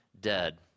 dead